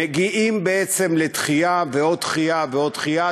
מגיעים בעצם לדחייה ועוד דחייה ועוד דחייה,